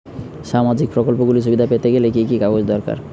সামাজীক প্রকল্পগুলি সুবিধা পেতে গেলে কি কি কাগজ দরকার?